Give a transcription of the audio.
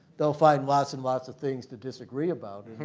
they'll find lots and lots of things to disagree about.